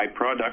byproduct